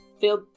feel